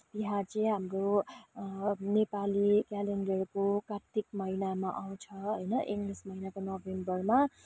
तिहार चाहिँ हाम्रो नेपाली क्यालेन्डरको कात्तिक महिनामा आउँछ होइन इङ्ग्लिस महिनाको नोभेम्बरमा